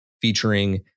featuring